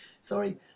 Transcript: Sorry